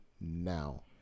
Now